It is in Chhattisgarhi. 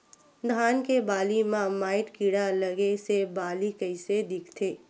धान के बालि म माईट कीड़ा लगे से बालि कइसे दिखथे?